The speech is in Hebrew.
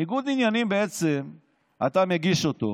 ניגוד עניינים, אתה מגיש אותו,